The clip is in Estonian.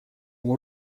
oma